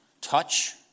touch